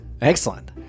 Excellent